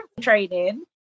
training